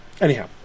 Anyhow